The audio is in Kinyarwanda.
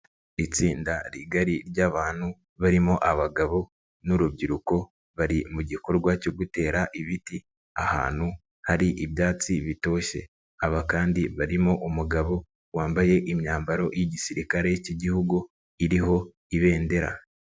Itsinda rigari ry'abantu barimo abagabo n'urubyiruko bari mu gikorwa cyo gutera ibiti ahantu hari ibyatsi bitoshye, aba kandi barimo umugabo wambaye imyambaro y'igisirikare cy'igihugu iriho ibendera.